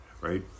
Right